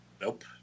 Nope